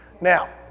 Now